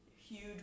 huge